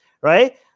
right